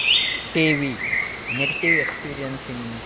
TV negative experiencing